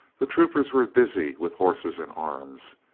the troopers were busy with horses and arms.